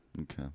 Okay